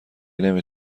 نمی